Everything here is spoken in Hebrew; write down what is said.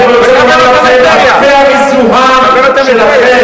אני רוצה לומר לכם שהפה המזוהם שלכם,